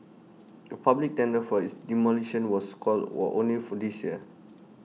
A public tender for its demolition was called were only for this year